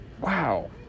Wow